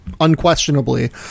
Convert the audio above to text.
unquestionably